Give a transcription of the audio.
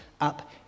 up